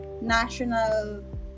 national